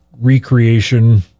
recreation